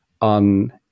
on